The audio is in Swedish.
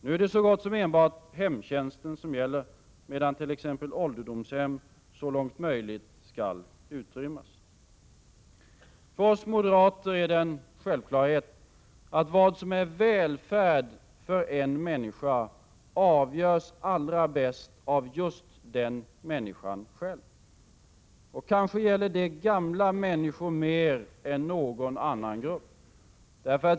Nu är det så gott som enbart hemtjänst som gäller, medan t.ex. ålderdomshemmen så långt möjligt skall utrymmas. För oss moderater är det en självklarhet att vad som är välfärd för en människa avgörs allra bäst av just den människan själv. Och kanske gäller det gamla människor mer än någon annan grupp.